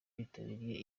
bitabiriye